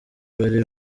bari